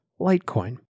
Litecoin